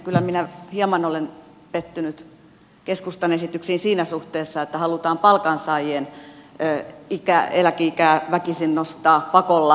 kyllä minä hieman olen pettynyt keskustan esityksiin siinä suhteessa että halutaan palkansaajien eläkeikää väkisin nostaa pakolla